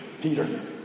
Peter